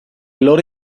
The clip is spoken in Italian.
loro